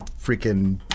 freaking